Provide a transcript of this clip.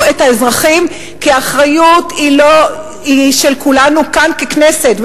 את האזרחים כי האחריות היא של כולנו כאן ככנסת,